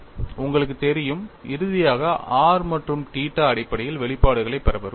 உங்களுக்குத் தெரியும் இறுதியாக r மற்றும் θ அடிப்படையில் வெளிப்பாடுகளைப் பெற விரும்புகிறோம்